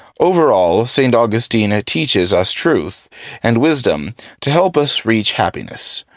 overall, so and augustine ah teaches us truth and wisdom to help us reach happiness.